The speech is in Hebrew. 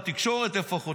בתקשורת לפחות,